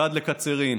ועד לקצרין,